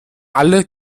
alle